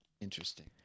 Interesting